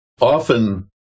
often